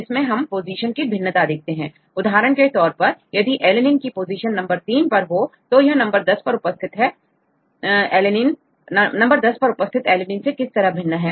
इसमें पोजीशन की भिन्नता देखते हैं उदाहरण के तौर पर यदि अलनीन की पोजीशन यदि नंबर 3 पर हो तो यह नंबर 10 पर उपस्थित alanine से किस तरह भिन्न है